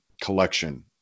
collection